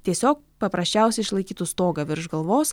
tiesiog paprasčiausiai išlaikytų stogą virš galvos